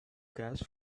gas